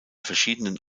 verschiedenen